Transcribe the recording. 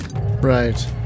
right